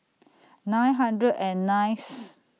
nine hundred and nineth